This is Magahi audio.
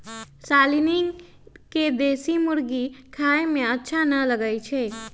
शालनी के देशी मुर्गी खाए में अच्छा न लगई छई